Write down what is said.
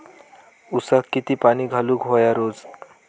ऊसाक किती पाणी घालूक व्हया रोज?